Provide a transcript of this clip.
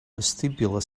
vestibular